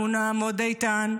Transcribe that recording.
אנחנו נעמוד איתן,